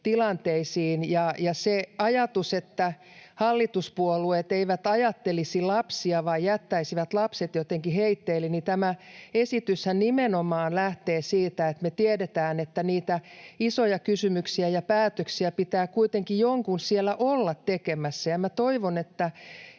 lastensuojelutilanteisiin. Se ajatus, että hallituspuolueet eivät ajattelisi lapsia vaan jättäisivät lapset jotenkin heitteille: tämä esityshän nimenomaan lähtee siitä, että me tiedetään, että niitä isoja kysymyksiä ja päätöksiä pitää kuitenkin jonkun siellä olla tekemässä, ja minä toivon, että